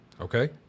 Okay